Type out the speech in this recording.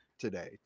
today